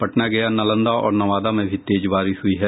पटना गया नालंदा और नवादा में भी तेज बारिश हुई है